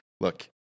look